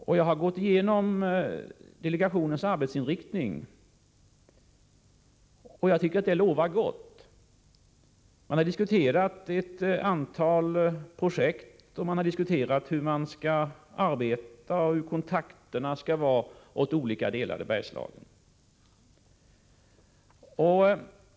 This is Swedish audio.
Jag har gått igenom delegationens arbetsinriktning, och jag tycker att det lovar gott. Man har diskuterat ett antal projekt och hur man skall arbeta och hur kontakterna skall vara beträffande olika delar i Bergslagen.